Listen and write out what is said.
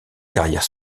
carrière